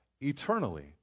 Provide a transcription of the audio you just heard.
eternally